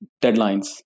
deadlines